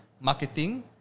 marketing